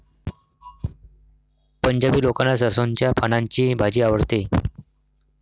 पंजाबी लोकांना सरसोंच्या पानांची भाजी आवडते